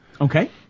Okay